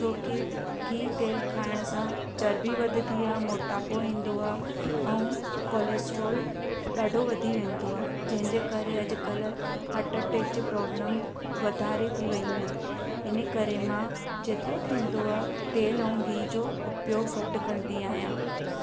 छो की गिह तेलु खाइण सां चर्बी वधंदी आहे मोटापो ईंदो आहे ऐं कोलेस्ट्रॉल ॾाढो वधी वेंदो आहे जंहिंजे करे अॼुकल्ह हार्ट अटेक जी प्रॉब्लम वधारे थी वियूं आहिनि इन करे मां जेतिरो थींदो आहे तेलु ऐं गिह जो उपयोग घटि कंदी आहियां